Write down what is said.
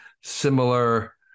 similar